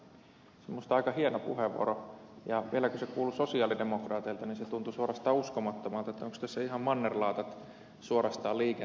minusta se oli aika hieno puheenvuoro ja vielä kun se tuli sosialidemokraateilta se tuntui suorastaan uskomattomalta että onko tässä ihan mannerlaatat suorastaan liikenteessä